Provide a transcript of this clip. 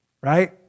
right